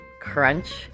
crunch